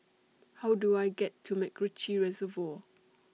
How Do I get to Macritchie Reservoir